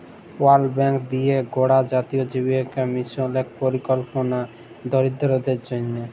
world Bank দিঁয়ে গড়া জাতীয় জীবিকা মিশল ইক পরিকল্পলা দরিদ্দরদের জ্যনহে